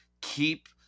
keep